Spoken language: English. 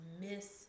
miss